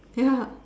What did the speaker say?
ya